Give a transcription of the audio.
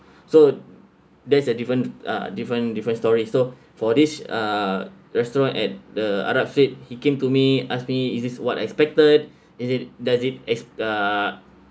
so there's a different uh different different story so for this uh restaurant at the arab street he came to me ask me is this what I expected is it does it as uh